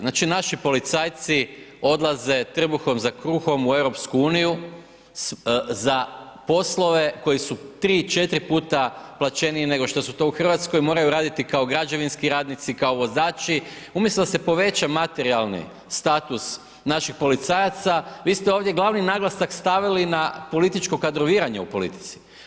Znači, naši policajci odlaze trbuhom za kruhom u EU za poslove koji su 3-4 puta plaćeniji nego što su to u RH, moraju raditi kao građevinski radnici, kao vozači, umjesto da se poveća materijalni status naših policajaca, vi ste ovdje glavni naglasak stavili na političko kadroviranje u politici.